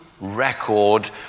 record